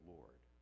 Lord